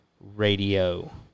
Radio